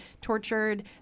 tortured